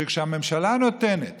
שכשהממשלה נותנת